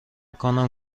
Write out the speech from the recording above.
کنم